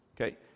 Okay